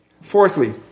Fourthly